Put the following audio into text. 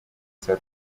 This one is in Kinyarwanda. saa